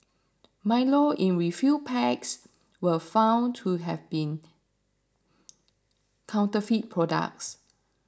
Milo in refill packs were found to have been counterfeit products